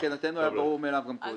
מבחינתנו זה היה ברור גם קודם.